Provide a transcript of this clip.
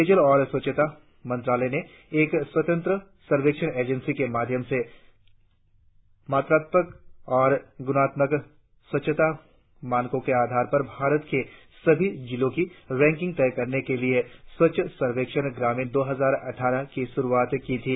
पेयजल और स्वच्छता मंत्रालय ने एक स्वतंत्रता सर्वेक्षण एजेंसी के माध्यम से मात्रात्मक और गुणात्मक स्वच्छता माणकों के आधार पर भारत के सभी जिलों की रैंकिंग तय करने के लिए स्वच्छ सर्वेक्षण ग्रामीण दो हजार अट्ठारह की शुरुआत की थी